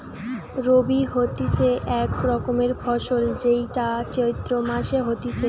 রবি হতিছে এক রকমের ফসল যেইটা চৈত্র মাসে হতিছে